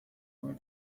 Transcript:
more